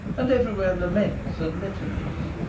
and everywhere laments and litanies?